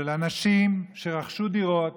אנשים שרכשו דירות